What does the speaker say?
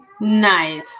Nice